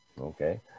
Okay